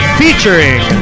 featuring